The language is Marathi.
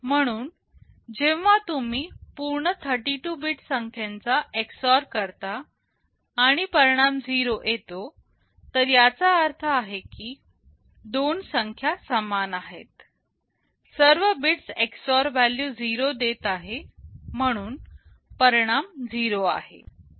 म्हणून जेव्हा तुम्ही पूर्ण 32 बीट संख्येचा XOR करता आणि परिणाम 0 येतो तर याचा अर्थ आहे की दोन संख्या समान आहेत सर्व बिट्स XOR व्हॅल्यू 0 देत आहे म्हणून परिणाम 0 आहे